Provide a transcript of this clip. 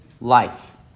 life